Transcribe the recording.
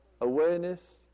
awareness